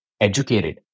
educated